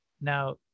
Now